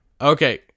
Okay